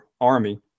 Army